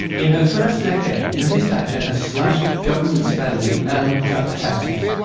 in her first decade, mrs thatcher has slashed government spending and cut taxes,